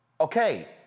Okay